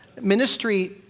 Ministry